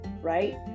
right